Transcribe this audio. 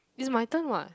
is my turn [what]